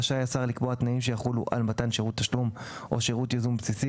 רשאי השר לקבוע תנאים שיחולו על מתן שירות תשלום או שירות ייזום בסיסי